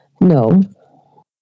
No